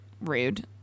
Rude